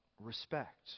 respect